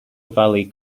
valley